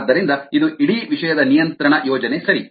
ಆದ್ದರಿಂದ ಇದು ಇಡೀ ವಿಷಯದ ನಿಯಂತ್ರಣ ಯೋಜನೆ ಸರಿ